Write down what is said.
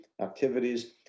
activities